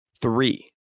three